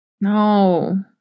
No